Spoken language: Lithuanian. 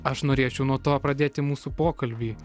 aš norėčiau nuo to pradėti mūsų pokalbį